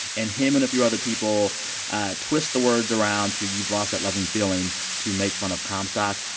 and him and a few other people twist the words around to you've lost that loving feeling to make fun of comstock.